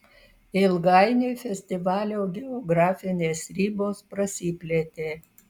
ilgainiui festivalio geografinės ribos prasiplėtė